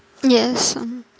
yes some